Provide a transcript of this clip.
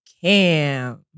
Cam